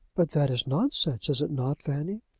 but that is nonsense is it not, fanny?